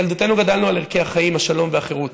מילדותנו גדלנו על ערכי החיים, השלום והחירות.